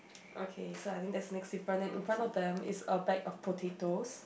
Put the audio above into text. okay so I think that's the next different then in front of them is a bag of potatoes